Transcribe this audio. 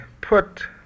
put